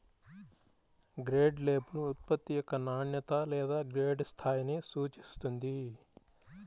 grade label ఉత్పత్తి యొక్క నాణ్యత లేదా గ్రేడ్ స్థాయిని సూచిస్తుంది